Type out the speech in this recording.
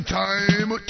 time